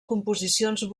composicions